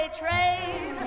train